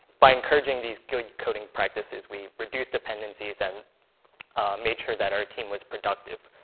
by encouraging these good coding practices, we reduced dependencies and made sure that our team was productive.